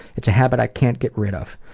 it's a habit i can't get rid of.